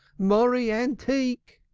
morry antique!